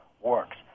works